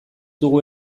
dugu